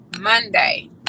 Monday